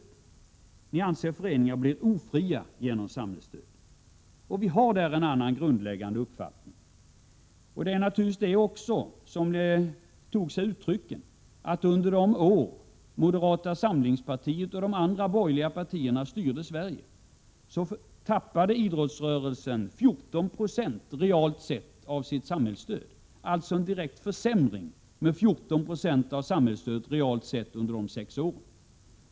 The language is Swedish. Ni anser alltså att föreningarna blir ofria genom samhällsstöd, men där har vi en annan grundläggande uppfattning. Det tog sig det uttrycket att under de år moderata samlingspartiet och de andra borgerliga partierna styrde Sverige tappade idrottsrörelsen 14 92 realt sett av sitt samhällsstöd, alltså en direkt försämring av samhällsstödet under dessa sex år.